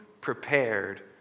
prepared